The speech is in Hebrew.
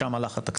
לשם הלך התקציב.